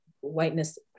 Whiteness